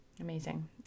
Amazing